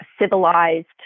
civilized